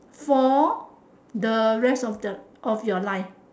for the rest of their of your life